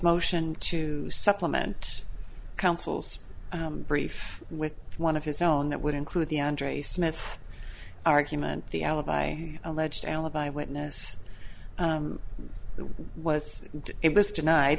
motion to supplement counsel's brief with one of his own that would include the andre smith argument the alibi ledged alibi witness that was it was tonight